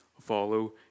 follow